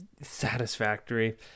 Satisfactory